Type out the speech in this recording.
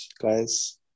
guys